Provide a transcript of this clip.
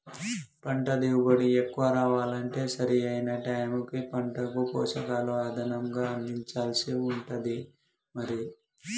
పంట దిగుబడి ఎక్కువ రావాలంటే సరి అయిన టైముకు పంటకు పోషకాలు అదనంగా అందించాల్సి ఉంటది మరి